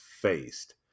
faced